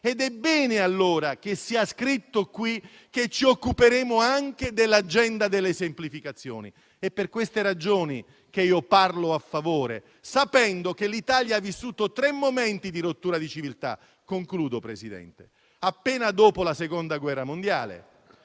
ed è bene allora che sia scritto nel documento che ci occuperemo anche dell'agenda delle semplificazioni. Per queste ragioni parlo a favore, sapendo che l'Italia ha vissuto tre momenti di rottura di civiltà. Il primo è stato appena dopo la Seconda guerra mondiale